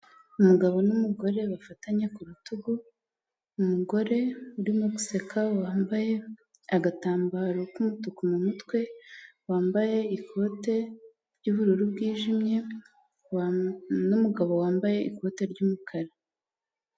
Umugabo n'umugore bafatanye ku rutugu, umugore urimo guseka wambaye agatambaro k'umutuku mu mutwe, wambaye ikote ry'ubururu bwijimye, n'umugabo wambaye ikote ry'umukara.